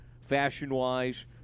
fashion-wise